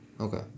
Okay